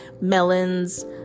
melons